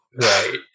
right